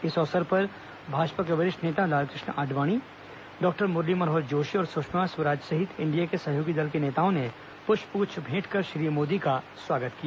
इस अवसर पर भाजपा के वरिष्ठ नेता लालकृष्ण आडवाणी डॉक्टर मुरली मनोहर जोशी और सुषमा स्वराज सहित एनडीए के सहयोगी दलों के नेताओं ने पुष्पगुच्छ भेंटकर श्री मोदी का स्वागत किया